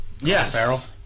Yes